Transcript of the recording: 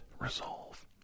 resolve